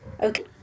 okay